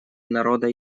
народа